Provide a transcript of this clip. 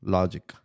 Logic